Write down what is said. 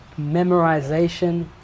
Memorization